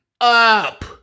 Up